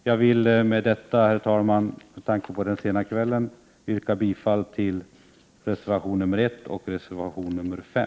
Jag vill, herr talman, med tanke på den sena timmen inskränka mig till detta och yrka bifall till reservationerna 1 och 5.